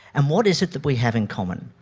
and what is it that we have in common?